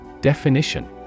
definition